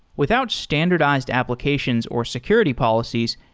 without standardized applications or security policies,